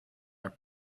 are